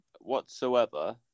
whatsoever